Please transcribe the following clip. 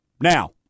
Now